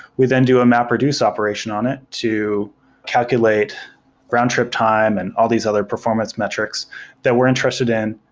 we then do a mapreduce operation on it to calculate round-trip time and all these other performance metrics that we're interested in,